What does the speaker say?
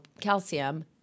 calcium